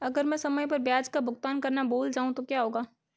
अगर मैं समय पर ब्याज का भुगतान करना भूल जाऊं तो क्या होगा?